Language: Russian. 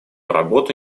работу